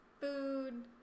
food